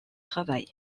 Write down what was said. travail